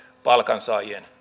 palkansaajien